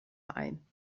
ein